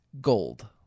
gold